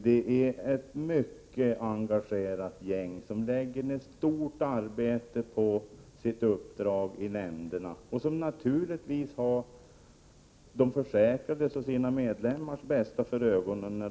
Det är ett mycket engagerat gäng som lägger ned ett stort arbete på sina uppdrag i nämnderna. De har naturligtvis de försäkrades och medlemmarnas bästa för sina ögon.